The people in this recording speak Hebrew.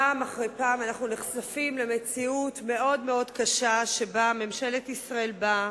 פעם אחר פעם אנחנו נחשפים למציאות מאוד מאוד קשה שבה ממשלת ישראל באה